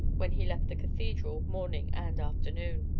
when he left the cathedral, morning and afternoon.